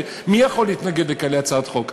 מי יכול להתנגד לכאלה הצעות חוק?